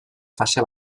fase